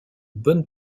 bonne